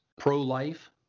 pro-life